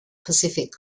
pacific